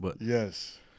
Yes